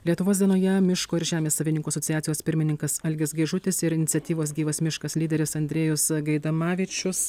lietuvos dienoje miško ir žemės savininkų asociacijos pirmininkas algis gaižutis ir iniciatyvos gyvas miškas lyderis andrejus gaidamavičius